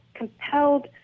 compelled